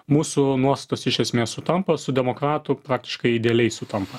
mūsų nuostatos iš esmės sutampa su demokratų praktiškai idealiai sutampa